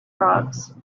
frogs